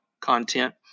content